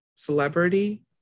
celebrity